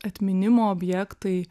atminimo objektai